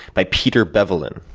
by peter bevelin.